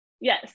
Yes